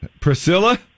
Priscilla